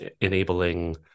enabling